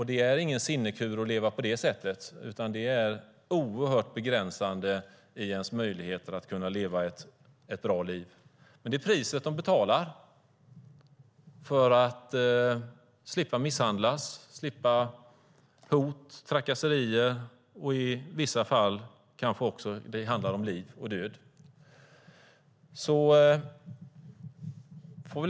Det är ingen sinekur att leva på det sättet, utan det är oerhört begränsande i ens möjligheter att leva ett bra liv. Det är priset kvinnorna betalar för att slippa misshandlas, hotas och trakasseras. I vissa fall kan det handla om liv och död.